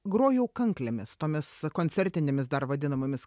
grojau kanklėmis tomis koncertinėmis dar vadinamomis